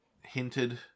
hinted